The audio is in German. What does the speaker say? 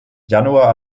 januar